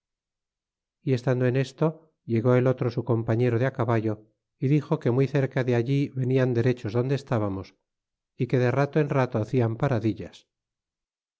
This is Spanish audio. y estando en esto llegó el otro su compañero de caballo y dixo que muy cerca de allí venian derechos adonde estábamos y que de rato en rato hacian paradillas